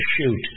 shoot